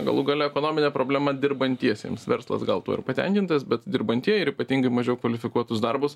galų gale ekonominė problema dirbantiesiems verslas gal tuo ir patenkintas bet dirbantieji ir ypatingi mažiau kvalifikuotus darbus